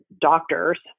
doctors